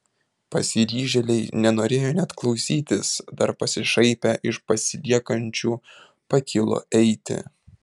pasiryžėliai nenorėjo net klausytis dar pasišaipę iš pasiliekančių pakilo eiti